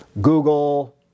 Google